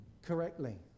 correctly